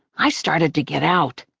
i started to get out.